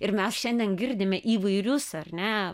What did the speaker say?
ir mes šiandien girdime įvairius ar ne